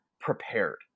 prepared